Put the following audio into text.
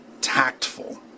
tactful